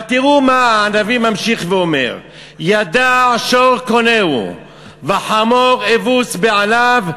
אבל תראו מה הנביא ממשיך ואומר: ידע שור קונהו וחמור אבוס בעליו,